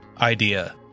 idea